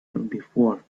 before